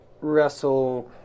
wrestle